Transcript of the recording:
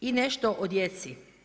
I nešto i djeci.